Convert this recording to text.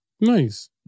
Nice